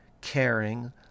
caring